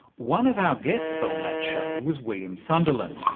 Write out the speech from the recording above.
one of our guests on that show was william sunderlin,